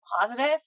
positive